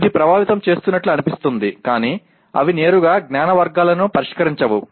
అది ప్రభావితం చేస్తున్నట్లు అనిపిస్తోంది కానీ అవి నేరుగా జ్ఞాన వర్గాలను పరిష్కరించవు